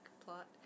plot